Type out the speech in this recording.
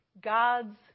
God's